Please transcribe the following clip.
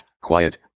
Quiet